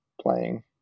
playing